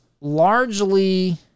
largely